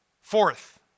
Fourth